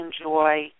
enjoy